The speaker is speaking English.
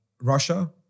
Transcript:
russia